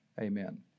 amen